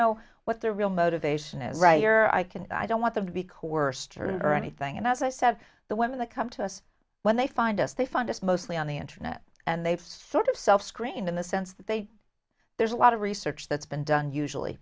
know what their real motivation is right here i can i don't want them to be coerced or anything and as i said the women that come to us when they find us they find us mostly on the internet and they've sort of self screened in the sense that they there's a lot of research that's been done usually